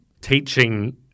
teaching